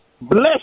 bless